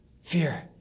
fear